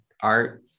art